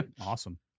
awesome